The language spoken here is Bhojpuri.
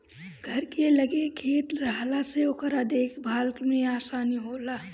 घर के लगे खेत रहला से ओकर देख भाल में आसानी होला